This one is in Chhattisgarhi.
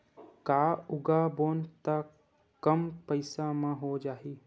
का उगाबोन त कम पईसा म हो जाही?